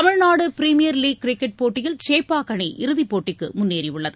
Tamil Nadu premier league cricket போட்டியில் சேப்பாக் அணி இறுதிப் போட்டிக்கு முன்னேறியுள்ளது